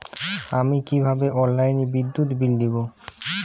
আমি কিভাবে অনলাইনে বিদ্যুৎ বিল দেবো?